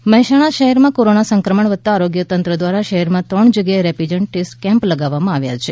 Mehsana corona Mehsana શહેરમાં corona સંક્રમણ વધતાં આરોગ્યતંત્ર દ્વારા શહેરમાં ત્રણ જગ્યાએ રેપીડ ટેસ્ટ કેમ્પ લગાવવામાં આવ્યા છે